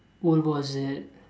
world war Z